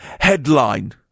Headline